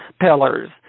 pillars